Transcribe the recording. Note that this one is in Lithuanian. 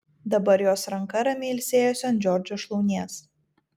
dabar jos ranka ramiai ilsėjosi ant džordžo šlaunies